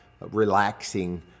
relaxing